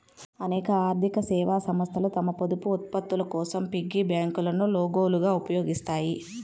అనేక ఆర్థిక సేవా సంస్థలు తమ పొదుపు ఉత్పత్తుల కోసం పిగ్గీ బ్యాంకులను లోగోలుగా ఉపయోగిస్తాయి